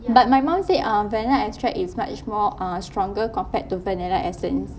but my mum said uh vanilla extract is much more uh stronger compared to vanilla essence